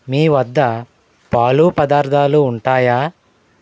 మీవద్ద పాలు పదార్ధాలు ఉంటాయా